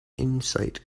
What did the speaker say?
insight